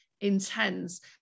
intense